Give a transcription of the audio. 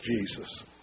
Jesus